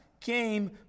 came